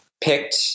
picked